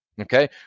Okay